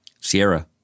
Sierra